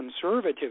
conservative